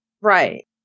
Right